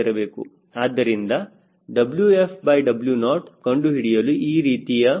ಆದ್ದರಿಂದ WfW0 ಕಂಡುಹಿಡಿಯಲು ಈ ರೀತಿಯ ಮಿಷನನ್ನುಆಯ್ಕೆ ಮಾಡಲಾಗಿದೆ